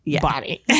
body